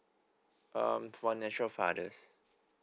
um for a natural fathers